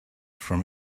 from